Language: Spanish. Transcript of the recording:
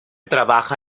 trabaja